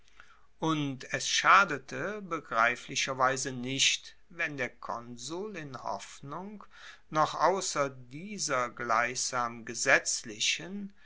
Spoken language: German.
und es schadete begreiflicherweise nicht wenn der konsul in hoffnung noch ausser dieser gleichsam gesetzlichen